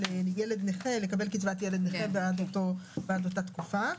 ילד נכה לקבל קצבת ילד נכה בעד אותה תקופה.